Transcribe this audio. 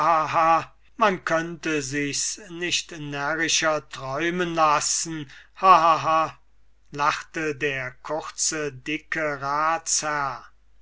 man könnte sichs nicht närrischer träumen lassen ha ha ha lachte der kurze dicke